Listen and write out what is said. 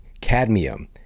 cadmium